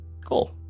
Cool